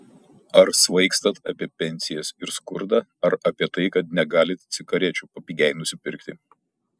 ar svaigstat apie pensijas ir skurdą ar apie tai kad negalit cigarečių papigiai nusipirkti